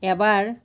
এবাৰ